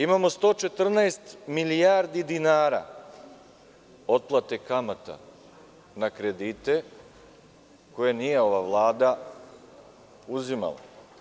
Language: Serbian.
Imamo 114 milijardi dinara otplate kamata na kredite koje nije ova Vlada uzimala.